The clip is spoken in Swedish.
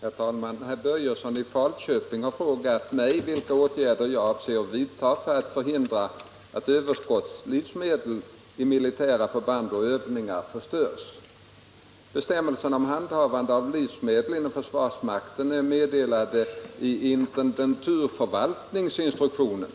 Herr talman! Herr Börjesson i Falköping har frågat mig vilka åtgärder jag avser att vidta för att förhindra att överskottslivsmedel vid militära förband och övningar förstörs. Bestämmelser om handhavande av livsmedel inom försvarsmakten är meddelade i intendenturförvaltningsinstruktionen